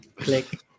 Click